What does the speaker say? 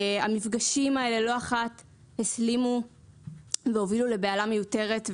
המפגשים האלה לא אחת הסלימו והובילו לבהלה מיותרת,